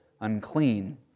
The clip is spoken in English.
unclean